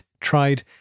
tried